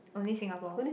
only Singapore